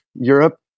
Europe